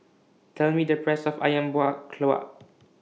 Tell Me The Price of Ayam Buah Keluak